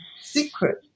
secret